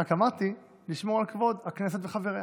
רק אמרתי, לשמור על כבוד הכנסת וחבריה.